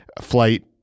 flight